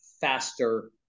faster